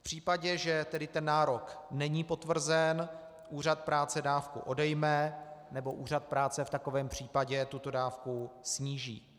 V případě, že tedy nárok není potvrzen, Úřad práce dávku odejme nebo Úřad práce v takovém případě tuto dávku sníží.